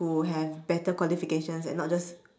who have better qualifications and not just